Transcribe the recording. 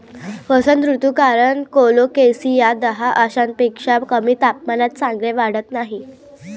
वसंत ऋतू कारण कोलोकेसिया दहा अंशांपेक्षा कमी तापमानात चांगले वाढत नाही